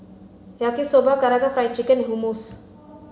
Yaki Soba Karaage Fried Chicken and Hummus